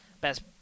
best